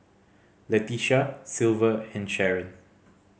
Leticia Silver and Sharon